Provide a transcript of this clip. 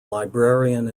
librarian